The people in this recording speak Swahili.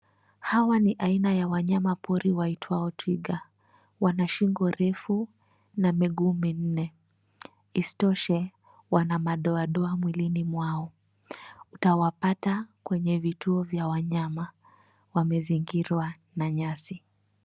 Hawa ni aina ya wanyamapori waitwao twiga. Wana shingo refu na miguu minne. Isitoshe, wana madoadoa mwilini wao. Utawapata kwenye vituo vya wanyama. Wamezingirwa na nyasi.